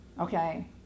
Okay